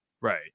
right